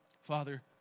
Father